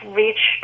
reach